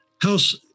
house